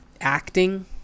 acting